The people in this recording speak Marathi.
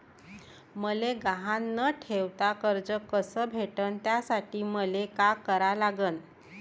मले गहान न ठेवता कर्ज कस भेटन त्यासाठी मले का करा लागन?